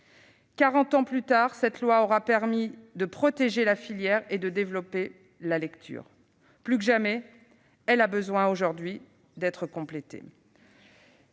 ans plus tard, cette loi aura permis de protéger la filière et de développer la lecture. Plus que jamais, elle a besoin aujourd'hui d'être complétée.